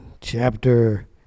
chapter